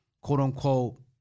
quote-unquote